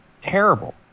terrible